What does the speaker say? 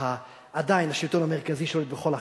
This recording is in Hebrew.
עדיין השלטון המרכזי שולט בכל החיים,